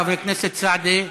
חבר הכנסת סעדי.